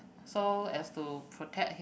so as to protect him